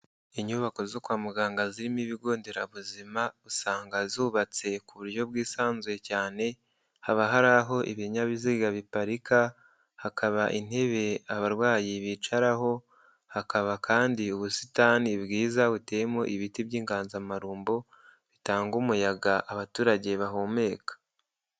Inyubako zo kwa muganga zirimo Ibigo Nderabuzima, usanga zubatse ku buryo bwisanzuye cyane, haba hari aho ibinyabiziga biparika, hakaba intebe abarwayi bicaraho, hakaba kandi ubusitani bwiza buteyeyemo ibiti by'inganzamarumbo, bitanga umuyaga abaturage bahumeka.